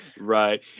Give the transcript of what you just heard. Right